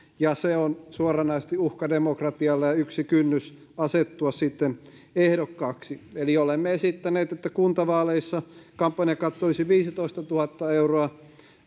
ja se on suoranaisesti uhka demokratialle ja yksi kynnys asettua sitten ehdokkaaksi eli olemme esittäneet että kuntavaaleissa kampanjakatto olisi viisitoistatuhatta euroa